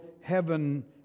heaven